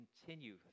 continue